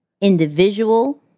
individual